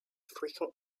frequent